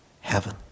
heaven